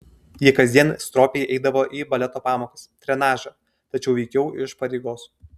ji kasdien stropiai eidavo į baleto pamokas trenažą tačiau veikiau iš pareigos